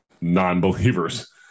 non-believers